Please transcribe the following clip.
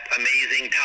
amazing